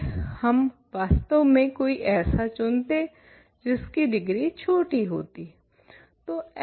हम वास्तव में कोई ऐसा चुनते जिसकी डिग्री छोटी होती